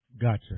Gotcha